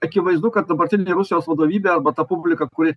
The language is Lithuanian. akivaizdu kad dabartinė rusijos vadovybė arba ta publika kuri